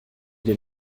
den